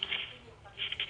"מנימוקים מיוחדים שיירשמו".